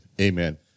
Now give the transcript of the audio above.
amen